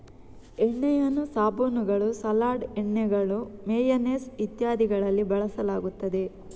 ಎಣ್ಣೆಯನ್ನು ಸಾಬೂನುಗಳು, ಸಲಾಡ್ ಎಣ್ಣೆಗಳು, ಮೇಯನೇಸ್ ಇತ್ಯಾದಿಗಳಲ್ಲಿ ಬಳಸಲಾಗುತ್ತದೆ